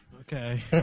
Okay